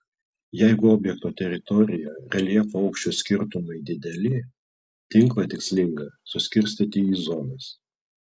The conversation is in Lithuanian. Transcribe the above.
jeigu objekto teritorijoje reljefo aukščių skirtumai dideli tinklą tikslinga suskirstyti į zonas